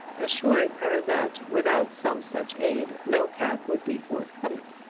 assuring her that without some such aid no cab would be forthcoming.